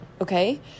okay